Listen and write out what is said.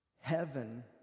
Heaven